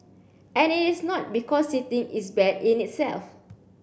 and it is not because sitting is bad in itself